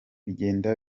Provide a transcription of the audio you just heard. bigenda